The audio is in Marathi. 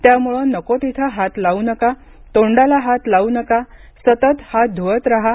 त्यामुळे नको तिथे हात लावू नका तोंडाला हात लावू नका सतत हात धूवत रहा